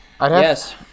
Yes